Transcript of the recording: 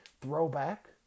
throwback